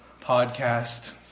podcast